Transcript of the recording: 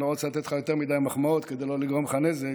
אני לא רוצה לתת לך יותר מדי מחמאות כדי לא לגרום לך נזק,